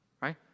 right